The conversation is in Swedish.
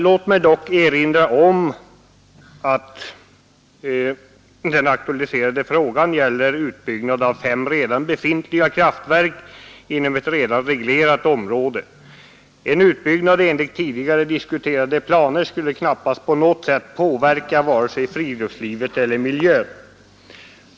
Låt mig dock erinra om att den aktualiserade frågan gäller utbyggnad av fem redan befintliga kraftverk inom ett redan reglerat område. En utbyggnad enligt tidigare diskuterade planer skulle knappast på något sätt påverka vare sig friluftslivet eller miljön.